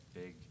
big